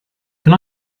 can